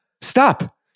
Stop